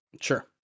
Sure